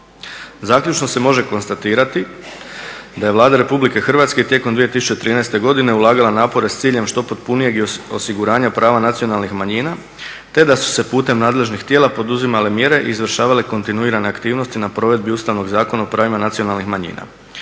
Zaključno se može konstatirati da je Vlada RH tijekom 2013. godine ulagala napore s ciljem što potpunijeg i osiguranja prava nacionalnih manjina te da su se putem nadležnih tijela poduzimale mjere i izvršavale kontinuirane aktivnosti na provedbi Ustavnog Zakona o pravima nacionalnih manjina.